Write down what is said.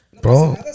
bro